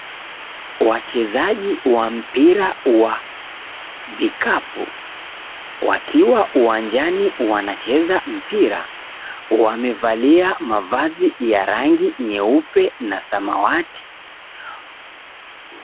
Wachezaji wa mpira wa vikapu wakiwa uwanjani wanacheza mpira, wamevalia mavazi ya rangi nyeupe na samawati.